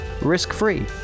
risk-free